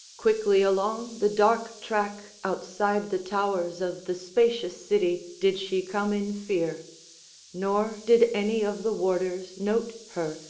quickly along the dark track, outside the towers of the spacious city, did she come in fear nor did any of the warders note her,